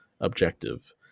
objective